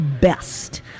best